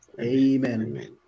Amen